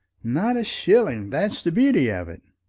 not a shilling. that's the beauty of it.